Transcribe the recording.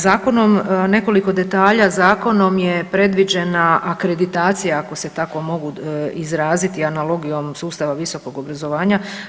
Zakonom, nekoliko detalja, Zakonom je predviđena akreditacija ako se tako mogu izraziti analogijom sustava visokog obrazovanja.